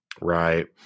right